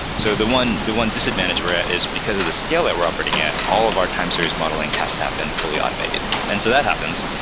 so the one the one disadvantage we're at is because of the scale that we're operating at, all of our time series modeling has to happen fully automated. and so that happens.